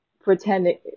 pretending